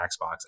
Xbox